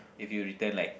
if you return like